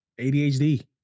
ADHD